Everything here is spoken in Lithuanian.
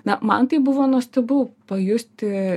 na man tai buvo nuostabu pajusti